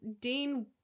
Dean